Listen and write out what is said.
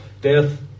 death